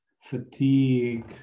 fatigue